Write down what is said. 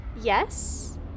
yes